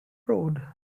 road